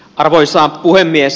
arvoisa puhemies